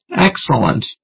Excellent